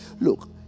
Look